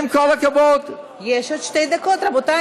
טלי, ועם כל הכבוד, יש עוד שתי דקות, רבותי.